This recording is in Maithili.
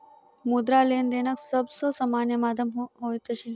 मुद्रा, लेनदेनक सब सॅ सामान्य माध्यम होइत अछि